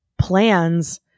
plans